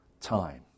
Time